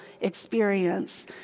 experience